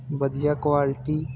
ਵਧੀਆ ਕੁਆਲਿਟੀ